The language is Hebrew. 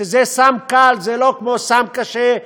שסם קל זה לא כמו סם קשה,